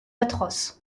atroces